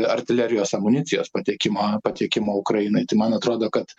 artilerijos amunicijos patekimo pateikimo ukrainai tai man atrodo kad